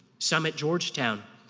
some at georgetown,